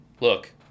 look